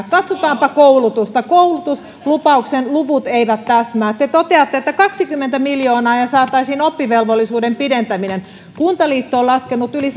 katsotaanpa koulutusta koulutuslupauksen luvut eivät täsmää te toteatte että kaksikymmentä miljoonaa ja ja saataisiin oppivelvollisuuden pidentäminen kuntaliitto on laskenut yli